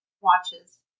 watches